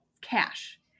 cash